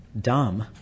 Dumb